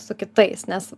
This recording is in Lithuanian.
su kitais nes